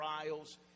trials